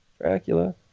Dracula